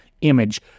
image